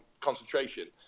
concentration